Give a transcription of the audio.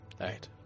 Right